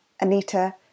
Anita